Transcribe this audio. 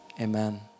amen